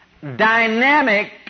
dynamic